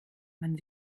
man